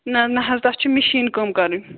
نہَ نہَ حظ تَتھ چھِ مِشیٖن کٲم کَرٕنۍ